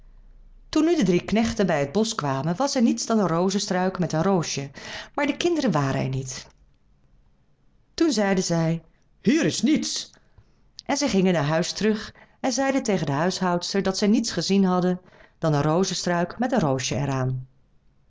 toen nu de drie knechten bij het bosch kwamen was er niets dan een rozenstruik met een roosje maar de kinderen waren er niet toen zeiden zij hier is niets en zij gingen naar huis terug en zeiden tegen de huishoudster dat zij niets gezien hadden dan een rozenstruik met een roosje er